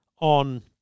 on